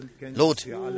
Lord